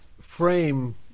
frame